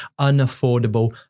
unaffordable